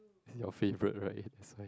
this is your favourite right so I